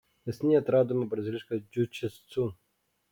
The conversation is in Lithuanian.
neseniai atradome brazilišką džiudžitsu